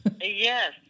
yes